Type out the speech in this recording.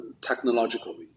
technologically